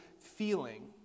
feeling